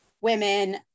women